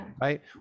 Right